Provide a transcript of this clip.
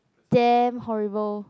damn horrible